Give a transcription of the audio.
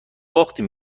باختیم